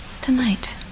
Tonight